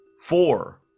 four